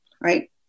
right